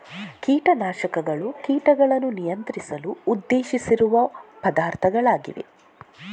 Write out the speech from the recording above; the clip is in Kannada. ಕೀಟ ನಾಶಕಗಳು ಕೀಟಗಳನ್ನು ನಿಯಂತ್ರಿಸಲು ಉದ್ದೇಶಿಸಿರುವ ಪದಾರ್ಥಗಳಾಗಿವೆ